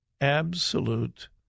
Absolute